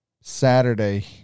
Saturday